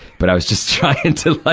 but i was just trying and to, ah